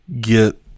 get